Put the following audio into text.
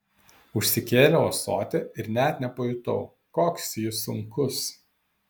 užsikėliau ąsotį ir net nepajutau koks jis sunkus